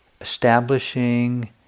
establishing